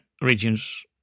regions